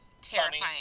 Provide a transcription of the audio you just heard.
terrifying